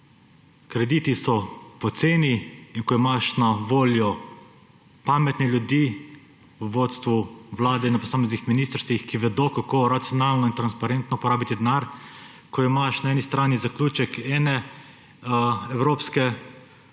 Krediti so poceni, in ko imaš na voljo pametne ljudi v vodstvu Vlade in na posameznih ministrstvih, ki vedo, kako racionalno in transparentno porabiti denar, ko imaš na eni strani zaključek ene evropske